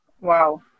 Wow